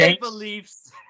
beliefs